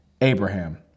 Abraham